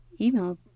email